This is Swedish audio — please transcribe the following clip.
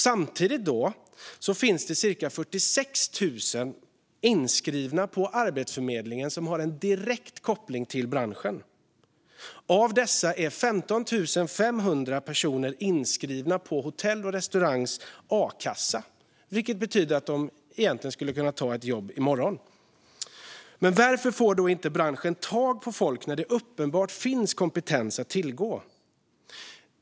Samtidigt finns det cirka 46 000 personer inskrivna på Arbetsförmedlingen som har en direkt koppling till branschen. Av dessa är 15 500 inskrivna i Hotell och restauranganställdas A-kassa, vilket betyder att de skulle kunna ta ett jobb i morgon. Varför får då inte branschen tag på folk när det uppenbart finns kompetens att tillgå?